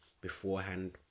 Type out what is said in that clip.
beforehand